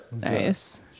nice